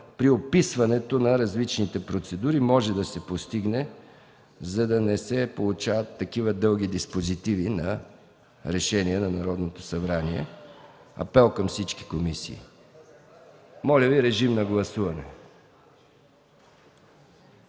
при описването на различните процедури - може да се постигне, за да не се получават такива диспозитиви на решения на Народното събрание. Апелът е към всички комисии. Моля, гласувайте.